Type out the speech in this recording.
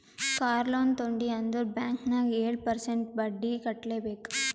car loan ತೊಂಡಿ ಅಂದುರ್ bank ನಾಗ್ ಏಳ್ ಪರ್ಸೆಂಟ್ರೇ ಬಡ್ಡಿ ಕಟ್ಲೆಬೇಕ್